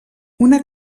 una